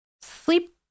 sleep